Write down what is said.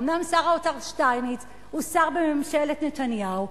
אומנם שר האוצר שטייניץ הוא שר בממשלת נתניהו,